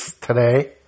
today